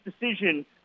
decision –